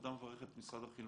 הוועדה מברכת את משרד החינוך,